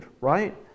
right